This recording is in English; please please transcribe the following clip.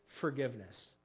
forgiveness